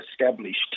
established